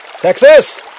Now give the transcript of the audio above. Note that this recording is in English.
Texas